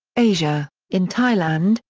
asia in thailand,